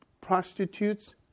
prostitutes